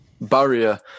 Barrier